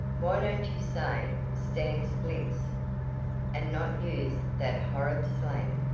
why don't you say stand splints and not use that horrid slang,